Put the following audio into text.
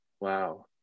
Wow